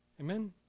Amen